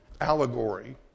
allegory